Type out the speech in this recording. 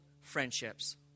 friendships